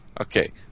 Okay